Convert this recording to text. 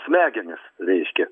smegenys reiškia